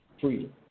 freedom